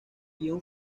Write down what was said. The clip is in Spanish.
guion